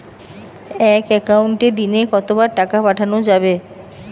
এক একাউন্টে দিনে কতবার টাকা পাঠানো যাবে?